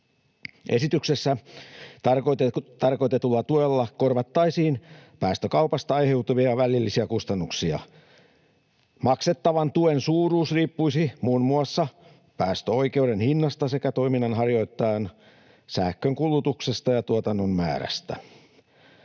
Esityksessä tarkoitetulla tuella korvattaisiin päästökaupasta aiheutuvia välillisiä kustannuksia. Maksettavan tuen suuruus riippuisi muun muassa päästöoikeuden hinnasta sekä toiminnanharjoittajan sähkönkulutuksesta ja tuotannon määrästä.